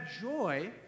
joy